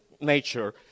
nature